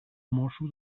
mosso